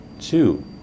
two